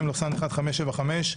(מ/1575).